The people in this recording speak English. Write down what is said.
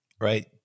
right